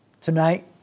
tonight